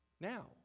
now